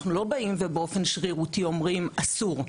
אנחנו לא באים ובאופן שרירותי אומרים אסור.